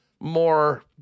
more